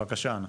בבקשה אנה.